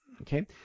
Okay